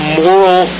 moral